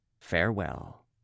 farewell